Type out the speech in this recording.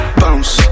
bounce